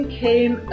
came